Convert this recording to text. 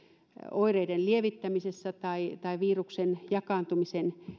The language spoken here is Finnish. oireiden lievittämisessä tai viruksen jakaantumisen